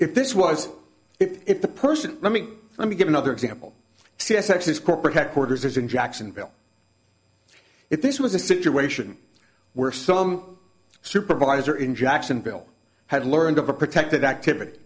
if this was if the person let me let me give another example c s actually corporate headquarters in jacksonville if this was a situation where some supervisor in jacksonville had learned of a protected activity